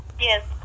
Yes